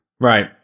Right